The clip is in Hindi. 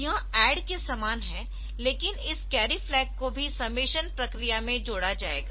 यह ADD के समान है लेकिन इस कैरी फ्लैग को भी समेशन प्रक्रिया में जोड़ा जाएगा